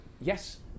Yes